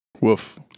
Woof